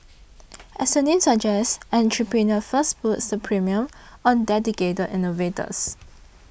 as the name suggests Entrepreneur First puts the premium on dedicated innovators